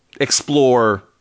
explore